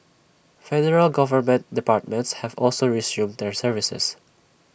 federal government departments have also resumed their services